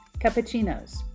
Cappuccinos